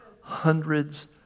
hundreds